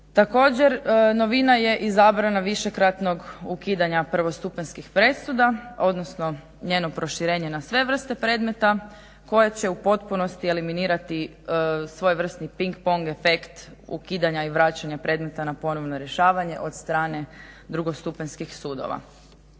Također novina je i zabrana višekratnog ukidanja prvostupanjskih presuda odnosno njeno proširenje na sve vrste predmeta koje će u potpunosti eliminirati svojevrsni ping-pong efekt ukidanja i vraćanja predmeta na ponovno rješavanje od strane drugostupanjskih sudova.